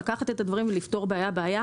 לקחת את הדברים ולפתור בעיה בעיה.